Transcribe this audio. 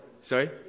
Sorry